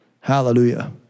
Hallelujah